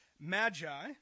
Magi